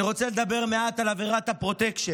אני רוצה לדבר מעט על עבירת הפרוטקשן,